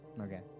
Okay